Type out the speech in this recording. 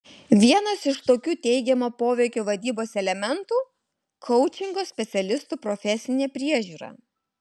vienas iš tokių teigiamo poveikio vadybos elementų koučingo specialistų profesinė priežiūra